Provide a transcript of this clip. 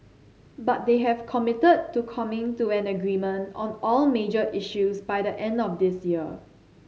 but they have committed to coming to an agreement on all major issues by the end of this year